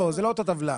לא, זה לא אותה טבלה.